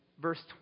verse